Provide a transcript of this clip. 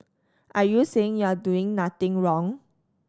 are you saying you're doing nothing wrong